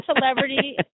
celebrity